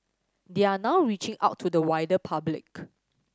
they are now reaching out to the wider public